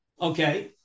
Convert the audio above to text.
okay